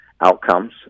outcomes